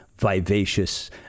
vivacious